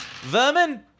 Vermin